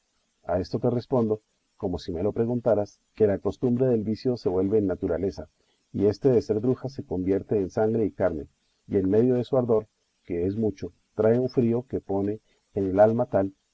a esto te respondo como si me lo preguntaras que la costumbre del vicio se vuelve en naturaleza y éste de ser brujas se convierte en sangre y carne y en medio de su ardor que es mucho trae un frío que pone en el alma tal